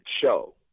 show